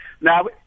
Now